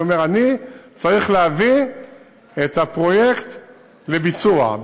אני אומר: אני צריך להביא את הפרויקט לביצוע.